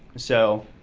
so